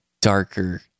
darker